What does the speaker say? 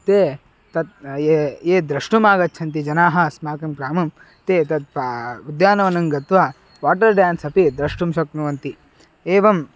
ते तत् ये ये द्रष्टुमागच्छन्ति जनाः अस्माकं ग्रामं ते तत् पा उद्यानवनं गत्वा वाटर् डान्स् अपि द्रष्टुं शक्नुवन्ति एवं